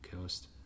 coast